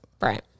right